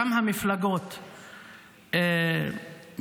גם המפלגות מהימין,